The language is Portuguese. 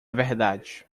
verdade